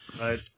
Right